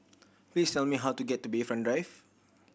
please tell me how to get to Bayfront Drive